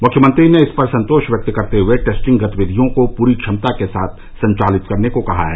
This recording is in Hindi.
मुख्यमंत्री ने इस पर संतोष व्यक्त करते हए टेस्टिंग गतिविधियों को पूरी क्षमता के साथ संचालित करने को कहा है